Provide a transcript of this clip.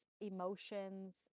emotions